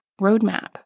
roadmap